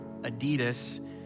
Adidas